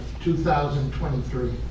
2023